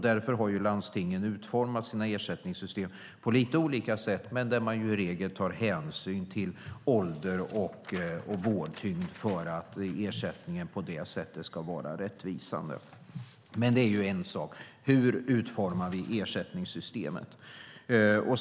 Därför har landstingen utformat sina ersättningssystem på lite olika sätt där man i regel tar hänsyn till ålder och vårdtyngd för att ersättningen på det sättet ska vara rättvisande. Hur vi utformar ersättningssystemen är alltså en sak.